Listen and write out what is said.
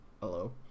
Hello